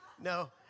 no